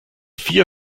vier